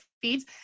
feeds